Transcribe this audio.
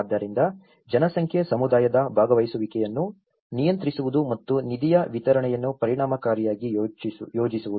ಆದ್ದರಿಂದ ಜನಸಂಖ್ಯೆ ಸಮುದಾಯದ ಭಾಗವಹಿಸುವಿಕೆಯನ್ನು ನಿಯಂತ್ರಿಸುವುದು ಮತ್ತು ನಿಧಿಯ ವಿತರಣೆಯನ್ನು ಪರಿಣಾಮಕಾರಿಯಾಗಿ ಯೋಜಿಸುವುದು